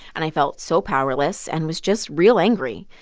and i felt so powerless and was just real angry.